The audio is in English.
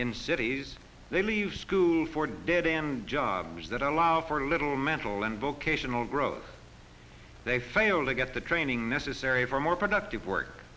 in cities they leave school for dead end jobs that allow for little mental and vocational growth they fail to get the training necessary for more productive work